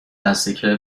نزدیکه